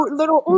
little